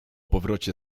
powrocie